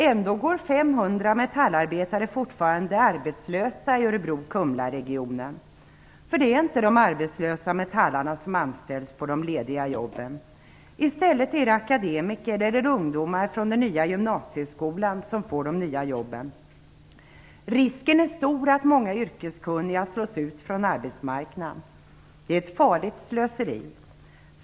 Ändå går 500 metallarbetare fortfarande arbetslösa i Örebro - Kumlaregionen. Det är inte de arbetslösa metallarbetarna som anställs på de lediga jobben. I stället är det akademiker eller ungdomar från den nya gymnasieskolan som får de nya jobben. Risken är stor att många yrkeskunniga slås ut från arbetsmarknaden. Det är ett farligt slöseri.